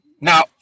Now